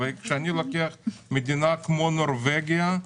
כשאני לוקח מדינה כמו נורבגיה,